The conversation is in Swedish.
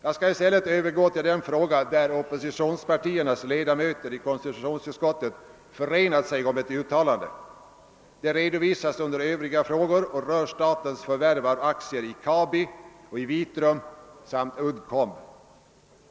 I. stället skall jag övergå till den fråga där oppositionspartiernas ledamöter i konstitutionsutskottet har förenat sig om ett uttalande. Det uttalandet redovisas under rubriken 5. Övriga ärenden och rör statens förvärv av aktier i AB Kabi, Vitrum och Uddcomb.